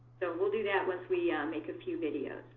so we'll do that once we make a few videos.